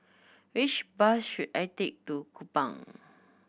which bus should I take to Kupang